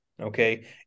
okay